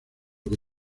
que